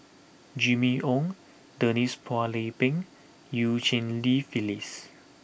Jimmy Ong Denise Phua Lay Peng Eu Cheng Li Phyllis